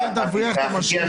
שהיא כן תבריח את המשקיעים.